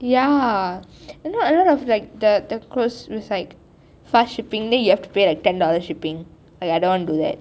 ya not a lot of like the the cross suicide fast shipping then you have to pay like ten dollars shipping !aiya! I don't to want do that